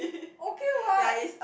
okay what